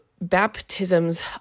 Baptisms